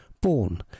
Born